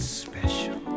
special